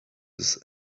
his